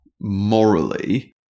morally